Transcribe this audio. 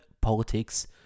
politics